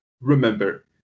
Remember